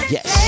Yes